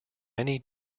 many